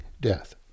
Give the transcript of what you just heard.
death